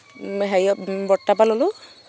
হেৰিয় বৰ্তা পৰা ল'লোঁ